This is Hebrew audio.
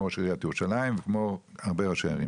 ראש עיריית ירושלים וכמו הרבה ראשי ערים,